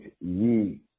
ye